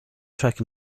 track